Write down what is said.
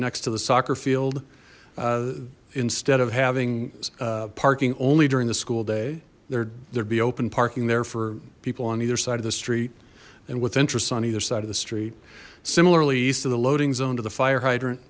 next to the soccer field instead of having parking only during the school day there there'd be open parking there for people on either side of the street and with interests on either side of the street similarly east of the loading zone to the fire hydrant